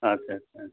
আচ্ছা আচছা